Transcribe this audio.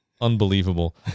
unbelievable